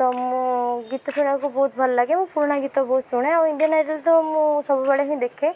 ତ ମୁଁ ଗୀତ ଶୁଣିବାକୁ ବହୁତ ଭଲ ଲାଗେ ମୁଁ ପୁରୁଣା ଗୀତ ବହୁତ ଶୁଣେ ଆଉ ଇଣ୍ଡିଆନ୍ ଆଇଡ଼ିଆଲ୍ ତ ମୁଁ ସବୁବେଳେ ହିଁ ଦେଖେ